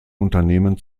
unternehmen